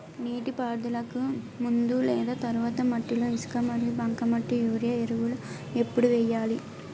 నీటిపారుదలకి ముందు లేదా తర్వాత మట్టిలో ఇసుక మరియు బంకమట్టి యూరియా ఎరువులు ఎప్పుడు వేయాలి?